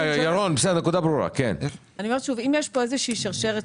אם יש פה איזו שרשרת,